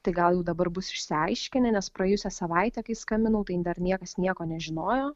tai gal jau dabar bus išsiaiškinę nes praėjusią savaitę kai skambinau tai dar niekas nieko nežinojo